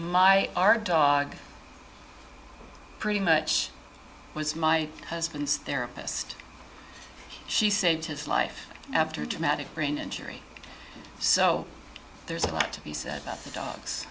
my our dog pretty much was my husband's therapist she saved his life after a dramatic brain injury so there's a lot to be said about the dogs